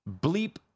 bleep